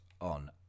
on